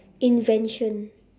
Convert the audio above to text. invention